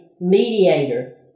mediator